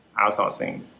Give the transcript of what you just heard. outsourcing